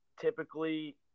typically